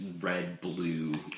red-blue